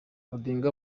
odinga